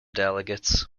delegates